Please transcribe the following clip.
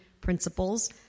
principles